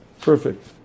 Perfect